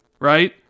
right